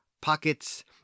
pockets